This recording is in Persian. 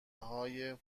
های